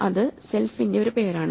അത് സെൽഫിന്റെ ഒരു പേരാണ്